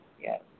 Yes